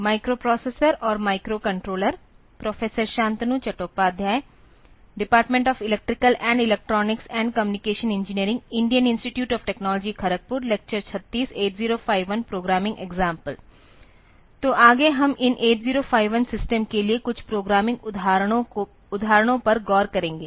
तो आगे हम इन 8051 सिस्टम के लिए कुछ प्रोग्रामिंग उदाहरणों पर गौर करेंगे